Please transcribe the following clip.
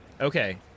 okay